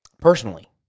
personally